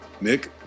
nick